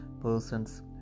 persons